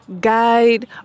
guide